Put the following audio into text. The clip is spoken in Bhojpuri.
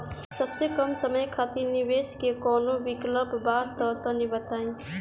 सबसे कम समय खातिर निवेश के कौनो विकल्प बा त तनि बताई?